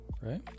right